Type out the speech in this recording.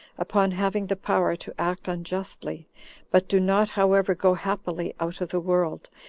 upon having the power to act unjustly but do not however go happily out of the world,